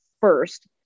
first